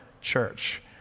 church